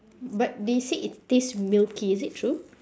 but they say it tastes milky is it true